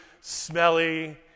smelly